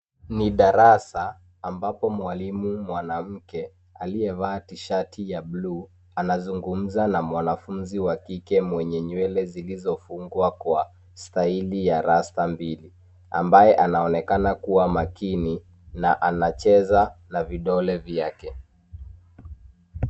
Ni darasa ambapo mwalimu mwanamke aliyevaa tishati ya bluu anazungumza ya mwanafunzi wa kike mwenye nywele zilizofungwa kwa stahili ya rasta mbili, ambaye anaonekana kuwa makini na anacheza na vidole vyake.